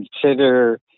consider